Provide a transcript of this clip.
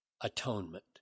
atonement